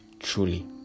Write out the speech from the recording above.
truly